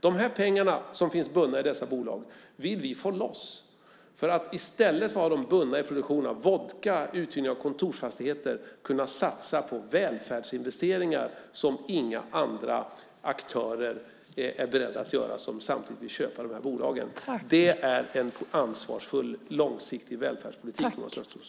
De pengar som finns bundna i dessa bolag vill vi få loss i stället för att ha dem bundna i produktion av vodka och uthyrning av kontorsfastigheter, till att kunna satsa på välfärdsinvesteringar, det vill säga sådant som inga andra av de aktörer som vill köpa dessa bolag är beredda att göra. Det är en ansvarsfull långsiktig välfärdspolitik, Thomas Östros.